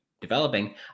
developing